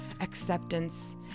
acceptance